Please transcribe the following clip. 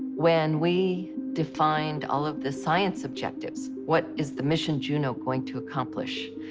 when we defined all of the science objectives, what is the mission juno going to accomplish?